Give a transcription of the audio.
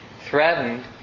threatened